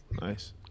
nice